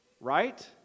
Right